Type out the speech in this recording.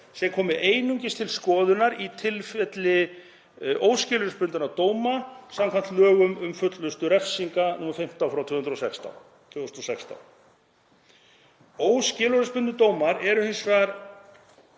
sem komi einungis til skoðunar í tilviki óskilorðsbundinna dóma samkvæmt lögum um fullnustu refsinga, nr. 15/2016. Óskilorðsbundnir dómar eru hins vegar